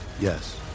Yes